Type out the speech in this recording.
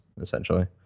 essentially